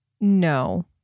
No